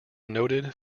noted